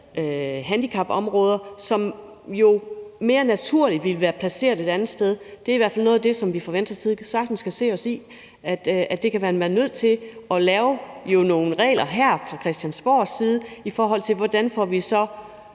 handicapområder, som mere naturligt vil være placeret et andet sted, er i hvert fald noget af det, som vi fra Venstres side sagtens kan se os i, altså at man kan være nødt til at lave nogle regler her fra Christiansborg om, hvordan vi får